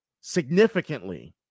significantly